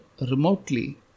remotely